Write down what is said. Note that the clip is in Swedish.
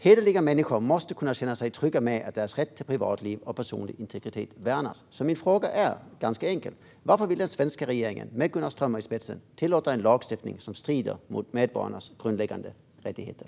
Hederliga människor måste kunna känna sig trygga med att deras rätt till privatliv och personlig integritet värnas. Min fråga är ganska enkel: Varför vill den svenska regeringen, med Gunnar Strömmer i spetsen, tillåta en lagstiftning som strider mot medborgarnas grundläggande rättigheter?